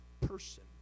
person